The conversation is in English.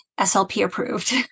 SLP-approved